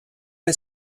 est